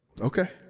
Okay